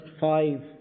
five